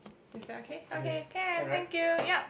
is that okay okay can thank you yup